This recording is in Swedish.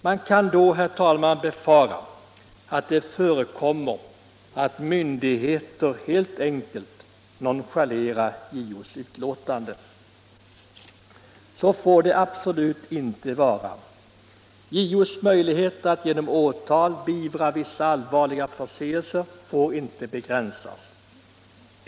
Man kan i så fall, herr talman, befara att myndigheter helt enkelt nonchalerar JO-uttalanden. Så får det absolut inte vara. JO:s möjligheter att genom åtal beivra vissa allvarliga förseelser får inte begränsas.